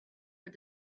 but